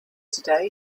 today